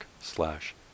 slash